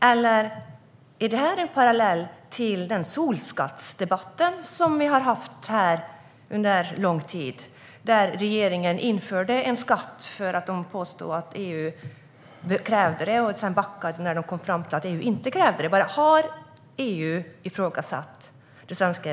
Eller är detta en parallell till den solskattsdebatt vi har haft, där regeringen införde en skatt för att man sa att EU krävde det, men sedan backade man när man kom fram till att EU inte krävde det?